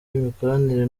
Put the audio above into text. imikoranire